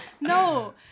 No